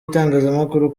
itangazamakuru